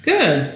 Good